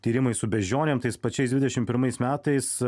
tyrimai su beždžionėm tais pačiais dvidešimt pirmais metais